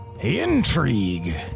Intrigue